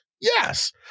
Yes